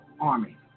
army